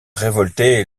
révolté